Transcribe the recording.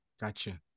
gotcha